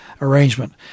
arrangement